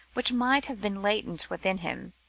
which might have been latent within him,